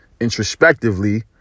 introspectively